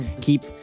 keep